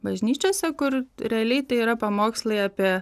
bažnyčiose kur realiai tai yra pamokslai apie